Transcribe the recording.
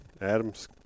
Adams